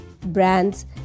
brands